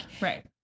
right